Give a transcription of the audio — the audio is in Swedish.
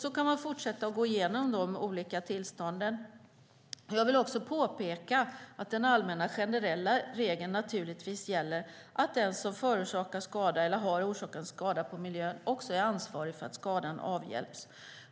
Så kan man fortsätta att gå igenom de olika tillstånden. Jag vill också påpeka att den allmänna generella regeln naturligtvis gäller, att den som förorsakar skada eller har orsakat en skada på miljön också är ansvarig för att skadan avhjälps.